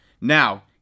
Now